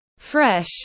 fresh